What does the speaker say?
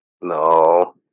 No